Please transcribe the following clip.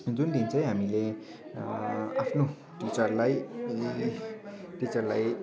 जुन दिन चाहिँ हामीले आफ्नो टिचरलाई टिचरलाई